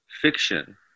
fiction